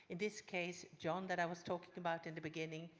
in this case, john that i was talking about in the beginning,